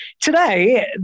today